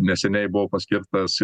neseniai buvo paskirtas